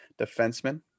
defenseman